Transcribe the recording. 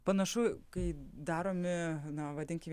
panašu kai daromi na vadinkim